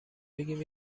بگیم